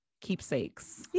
keepsakes